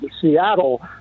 Seattle